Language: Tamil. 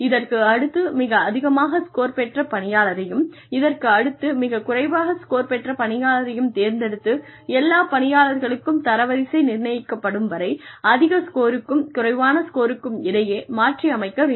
இதற்கு அடுத்து மிக அதிகமாக ஸ்கோர் பெற்ற பணியாளரையும் இதற்கு அடுத்து மிக குறைவாக ஸ்கோர் பெற்ற பணியாளரையும் தேர்ந்தெடுத்து எல்லா பணியாளர்களுக்கும் தரவரிசை நிர்ணயிக்கப்படும் வரை அதிக ஸ்கோருக்கும் குறைவான ஸ்கோருக்கும் இடையே மாற்றி அமைக்க வேண்டும்